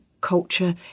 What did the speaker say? culture